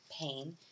pain